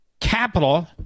capital